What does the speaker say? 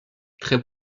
très